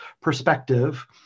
perspective